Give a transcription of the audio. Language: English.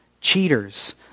cheaters